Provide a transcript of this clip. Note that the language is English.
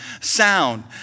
Sound